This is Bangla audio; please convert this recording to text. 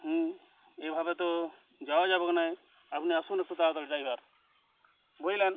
হুম এভাবে তো যাওয়া যাবে না আপনি আসুন একটু তাড়াতাড়ি ড্রাইভার বুঝলেন